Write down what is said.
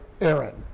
Aaron